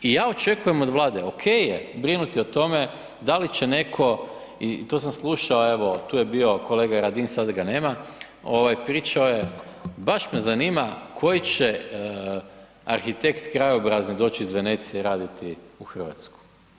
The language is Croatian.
I ja očekujem od Vlade, ok je brinuti o tome da li će netko i to amandman slušao evo, tu je bio kolega radin, sad ga nema, pričao je, baš me zanima koji će arhitekt krajobraza doći iz Veneciji raditi u Hrvatsku.